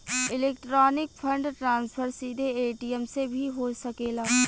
electronic fund transfer सीधे ATM से भी हो सकेला